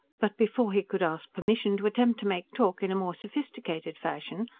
but before he could ask permission to attempt to make talk in a more sophisticated fashion,